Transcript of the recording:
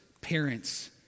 parents